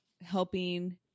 helping